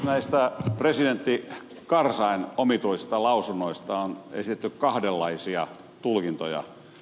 näistä presidentti karzain omituisista lausunnoista on esitetty kahdenlaisia tulkintoja